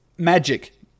Magic